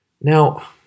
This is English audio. Now